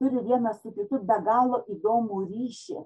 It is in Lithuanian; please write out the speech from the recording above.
turi vienas su kitų be galo įdomų ryšį